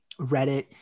Reddit